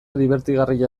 dibertigarria